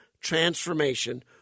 transformation